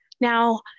Now